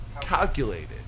calculated